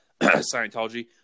Scientology